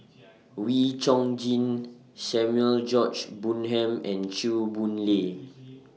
Wee Chong Jin Samuel George Bonham and Chew Boon Lay